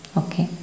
okay